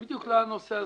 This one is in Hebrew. ראשית,